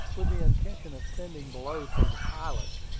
with the intention of sending below for the pilot,